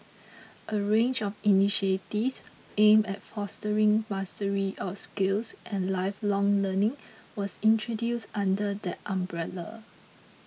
a range of initiatives aimed at fostering mastery of skills and lifelong learning was introduced under that umbrella